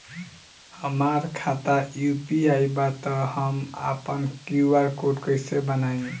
हमार खाता यू.पी.आई बा त हम आपन क्यू.आर कोड कैसे बनाई?